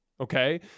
Okay